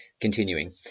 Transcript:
continuing